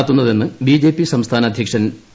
നടത്തുന്നതെന്ന് ബിജെപി സംസ്ഥാന അധ്യക്ഷൻ പി